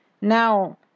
Now